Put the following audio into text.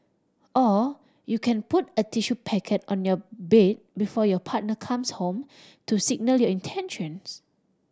or you can put a tissue packet on your bed before your partner comes home to signal your intentions